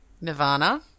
Nirvana